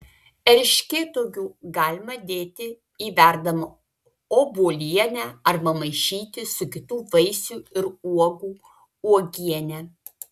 erškėtuogių galima dėti į verdamą obuolienę arba maišyti su kitų vaisių ir uogų uogiene